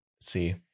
see